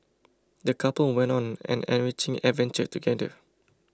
the couple went on an enriching adventure together